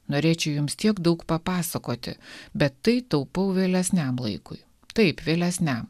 norėčiau jums tiek daug papasakoti bet tai taupau vėlesniam laikui taip vėlesniam